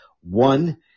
one